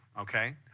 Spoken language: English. Okay